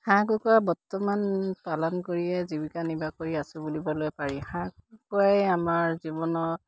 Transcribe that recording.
হাঁহ কুকুৰা বৰ্তমান পালন কৰিয়ে জীৱিকা নিৰ্বাহ কৰি আছো বুলিবলৈ পাৰি হাঁহ কুকুুৰাই আমাৰ জীৱনৰত